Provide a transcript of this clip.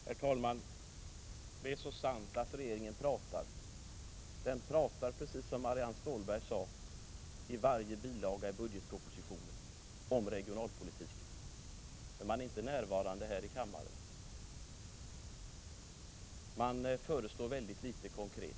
Herr talman! Det är så sant att regeringen pratar. Den pratar, precis som Marianne Stålberg sade, i varje bilaga i budgetpropositionen om regionalpolitiken. Men man är inte närvarande här i kammaren. Man föreslår väldigt litet konkret.